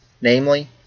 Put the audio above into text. namely